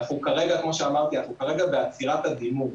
כמו שאמרתי, אנחנו כרגע בעצירת הדימום.